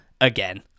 Again